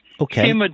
Okay